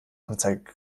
anzeige